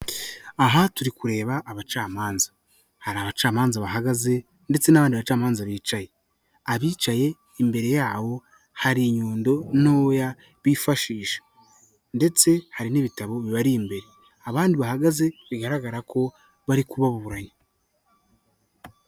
Aha turi kureba abacamanza, hari abacamanza bahagaze ndetse n'abandi bacamanza bicaye, abicaye imbere yabo hari inyundo ntoya bifashisha ndetse hari n'ibitabo bibari imbere, abandi bahagaze bigaragara ko bari kubaburanya.